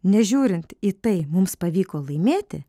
nežiūrint į tai mums pavyko laimėti